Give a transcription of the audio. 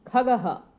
खगः